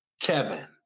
Kevin